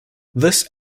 this